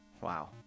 Wow